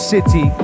City